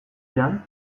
jan